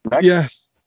yes